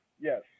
Yes